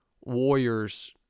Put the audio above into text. warriors